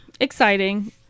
exciting